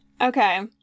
okay